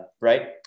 right